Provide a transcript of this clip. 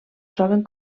troben